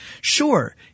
sure